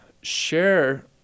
share